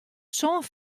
sân